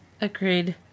Agreed